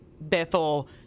Bethel